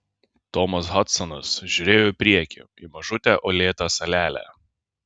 tomas hadsonas žiūrėjo į priekį į mažutę uolėtą salelę